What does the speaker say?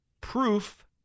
proof